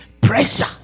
pressure